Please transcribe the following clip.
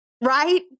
Right